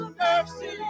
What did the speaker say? mercy